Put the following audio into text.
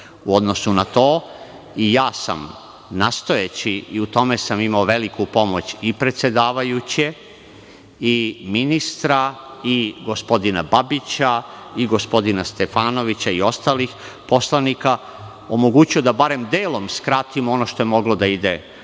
u odnosu na to i ja sam nastojeći i u tome sam imao veliku pomoć predsedavajuće, ministra i gospodina Babića, gospodina Stefanovića i ostalih poslanika, omogućio da barem delom skratim ono što je moglo da ide u